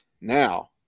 now